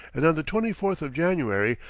and on the twenty fourth of january,